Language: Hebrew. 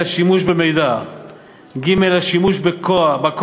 למנוע שימוש במידע, ג.